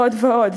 ועוד ועוד,